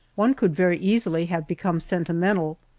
one could very easily have become sentimental,